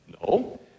No